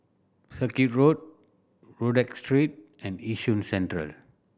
Circuit Road Rodyk Street and Yishun Central